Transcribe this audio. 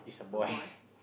oh boy